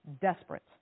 desperate